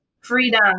freedom